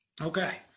Okay